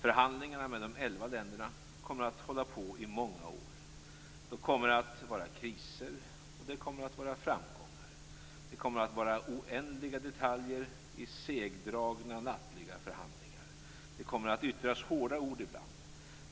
Förhandlingarna med de elva länderna kommer att hålla på i många år. Det kommer att vara kriser, och det kommer att vara framgångar. Det kommer att vara oändliga detaljer i segdragna nattliga förhandlingar. Det kommer att yttras hårda ord ibland.